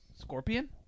Scorpion